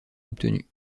obtenue